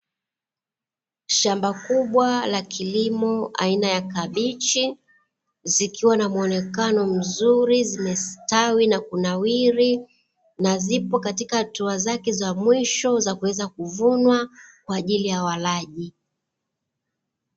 Shamba kubwa la kilimo aina ya kabichi, zikiwa na muonekano mzuri, zimestawi na kunawiri na zipo katika hatua zake za mwisho za kuweza kuvunwa kwa ajili ya walaji.